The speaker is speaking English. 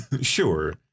Sure